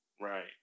right